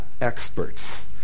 experts